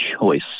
choice